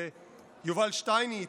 ויובל שטייניץ,